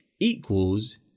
equals